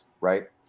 right